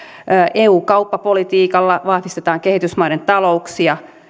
eun kauppapolitiikalla vahvistetaan kehitysmaiden talouksia